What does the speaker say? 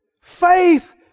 Faith